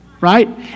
Right